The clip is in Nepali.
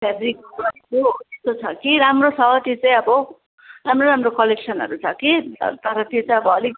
फ्याब्रिक गरेको त्यस्तो छ कि राम्रो छ त्यो चाहिँ अब राम्रो राम्रो कलेक्सनहरू छ कि अन्त त्यो चाहिँ अब अलिक